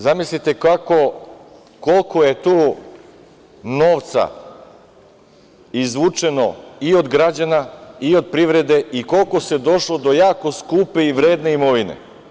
Zamislite koliko je tu novca izvučeno i od građana i od privrede i koliko se došlo do jako skupe i vredne imovine.